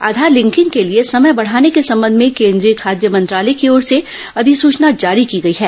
आधार linking के लिए समय बढ़ाने के संबंध में केन्द्रीय खाद्य मंत्रालय की ओर अधिसूचना जारी की गई है